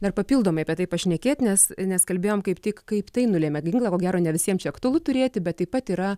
dar papildomai apie tai pašnekėt nes nes kalbėjom kaip tik kaip tai nulėmė ginklą ko gero ne visiem čia aktualu turėti bet taip pat yra